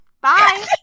Bye